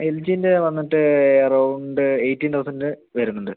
L ജിൻ്റെ വന്നിട്ട് around eighteen thousand വരുന്നുണ്ട്